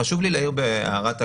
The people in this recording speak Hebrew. חשוב לי להעיר בהערת אגב: